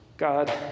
God